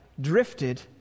drifted